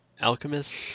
Alchemist